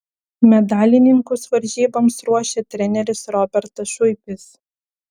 medalininkus varžyboms ruošė treneris robertas šuipis